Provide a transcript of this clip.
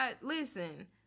Listen